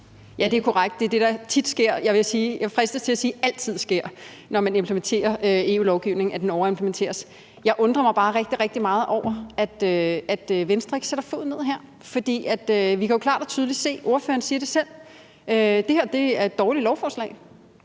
Ja, det er korrekt; det er det, der tit sker. Jeg fristes til at sige, at det altid sker, når man implementerer EU-lovgivning, at den overimplementeres. Jeg undrer mig bare rigtig, rigtig meget over, at Venstre ikke sætter foden ned her, for vi kan jo klart og tydeligt se – ordføreren siger det selv – at det her er et dårligt lovforslag.